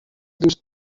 دوست